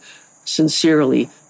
Sincerely